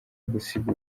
gusiga